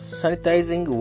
sanitizing